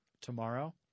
tomorrow